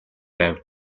байв